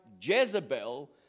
Jezebel